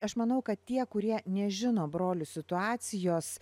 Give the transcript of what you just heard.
aš manau kad tie kurie nežino brolių situacijos